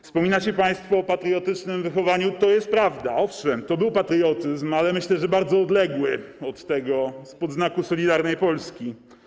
Wspominacie państwo o patriotycznym wychowaniu - to jest prawda, owszem, to był patriotyzm, ale myślę, że bardzo odległy od tego spod znaku Solidarnej Polski.